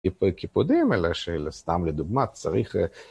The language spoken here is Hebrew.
קיפודים, אלא שסתם לדוגמא צריך...